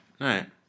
right